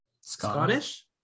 Scottish